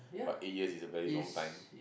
but eight years is a very long time